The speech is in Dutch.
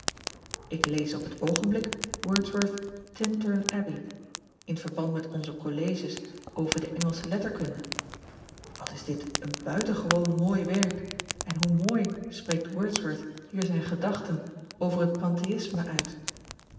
k lees op het oogenblik ordsworth s intern bbey in verband met onze colleges over de ngelsche letterkunde at is dit een buitengewoon mooi werk en hoe mooi spreekt ordsworth hier zijn gedachten over het pantheïsme uit